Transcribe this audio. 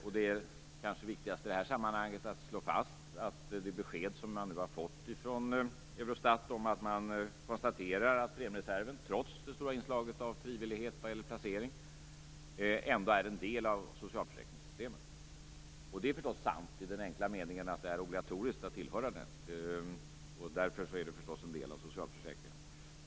I det här sammanhanget är det kanske viktigast att slå fast att man nu har fått ett besked från Eurostat där det konstateras att premiereserven, trots det stora inslaget av frivillighet vad gäller placering, är en del av socialförsäkringssystemet. Det är förstås sant i den enkla meningen att det är obligatoriskt att tillhöra den. Därför är den förstås en del av socialförsäkringen.